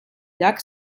llac